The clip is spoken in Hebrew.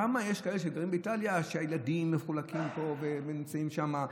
כמה יש כאלה שגרים באיטליה שהילדים מחולקים פה ונמצאים שמה,